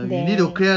then